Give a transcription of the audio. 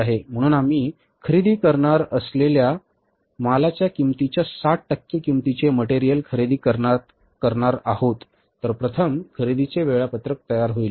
म्हणून आम्ही खरेदी करणार असलेल्या मालाच्या किंमतीच्या 60 टक्के किंमतीचे मटेरियल खरेदी करणार आहोत तर प्रथम खरेदीचे वेळापत्रक तयार होईल